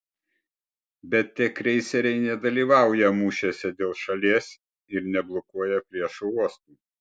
bet tie kreiseriai nedalyvauja mūšiuose dėl šalies ir neblokuoja priešo uostų